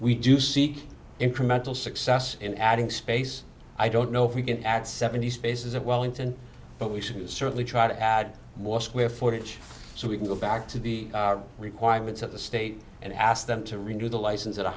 we do seek incremental success in adding space i don't know if we can add seventy spaces of wellington but we should certainly try to add more square footage so we can go back to the requirements of the state and ask them to renew the license at a